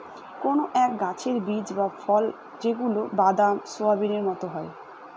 কোনো এক গাছের বীজ বা ফল যেগুলা বাদাম, সোয়াবিনের মতো হয়